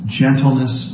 gentleness